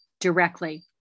directly